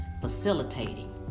facilitating